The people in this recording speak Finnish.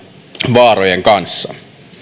vaarojen kanssa